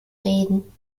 reden